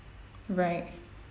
right